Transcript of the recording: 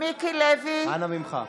אנא ממך,